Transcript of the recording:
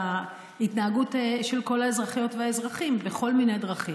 ההתנהגות של כל האזרחיות והאזרחים בכל מיני דרכים.